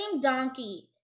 donkey